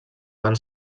van